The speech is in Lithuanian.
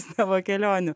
savo kelionių